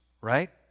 right